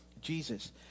Jesus